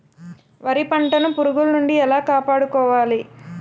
వరి పంటను పురుగుల నుండి ఎలా కాపాడుకోవాలి?